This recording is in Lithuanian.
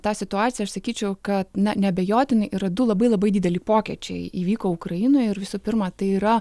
tą situaciją aš sakyčiau kad na neabejotinai yra du labai labai dideli pokečiai įvyko ukrainoj ir visų pirma tai yra